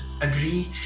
agree